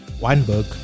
Weinberg